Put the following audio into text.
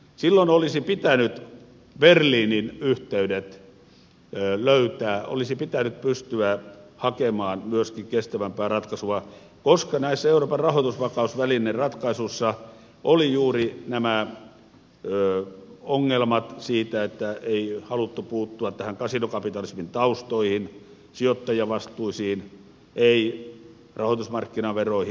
silloin olisi pitänyt berliinin yhteydet löytää olisi pitänyt pystyä hakemaan myöskin kestävämpää ratkaisua koska näissä euroopan rahoitusvakausvälineratkaisuissa olivat juuri nämä ongelmat että ei haluttu puuttua näihin kasinokapitalismin taustoihin sijoittajavastuisiin ei rahoitusmarkkinaveroihin